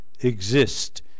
exist